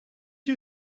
you